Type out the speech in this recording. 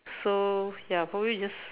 so ya probably just